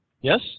Yes